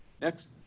Next